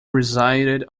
resided